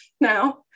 now